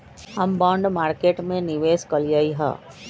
हम bond market में निवेश कलियइ ह